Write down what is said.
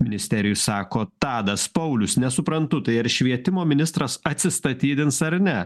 ministerijoje sako tadas paulius nesuprantu tai ar švietimo ministras atsistatydins ar ne